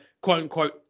quote-unquote